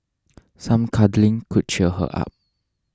some cuddling could cheer her up